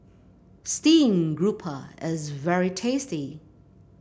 stream grouper is very tasty